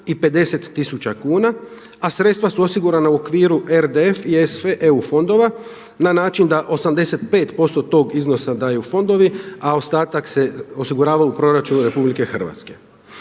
i 50000 kuna, a sredstva su osigurana u okviru RDF i …/Govornik se ne razumije./… EU fondova na način da 85% tog iznosa daju fondovi, a ostatak se osigurava u proračunu RH. Trošak